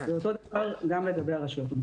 ואותו דבר גם לגבי הרשויות המקומיות.